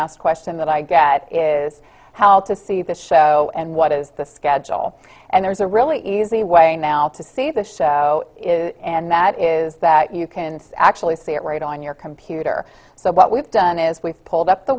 asked question that i get is how to see the show and what is the schedule and there's a really easy way now to see the show and that is that you can actually see it right on your computer so what we've done is we've pulled up the